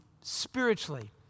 spiritually